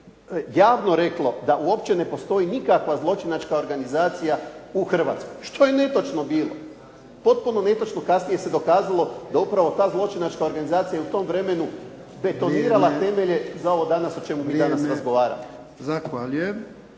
javno reklo da uopće ne postoji nikakva zločinačka organizacija u Hrvatskoj što je netočno bilo. Potpuno netočno. Kasnije se dokazalo da upravo ta zločinačka organizacija je u tom vremenu …… /Upadica: Vrijeme!/ … betonirala temelje za ovo danas o čemu vi danas razgovarate.